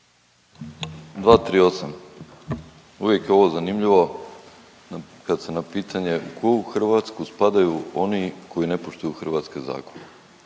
238., uvijek je ovo zanimljivo kad se na pitanje u koju Hrvatsku spadaju oni koji ne poštuju hrvatske zakone,